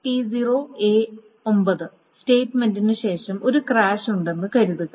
write T0 A 9 സ്റ്റേറ്റ് മെൻറിനു ശേഷം ഒരു ക്രാഷ് ഉണ്ടെന്ന് കരുതുക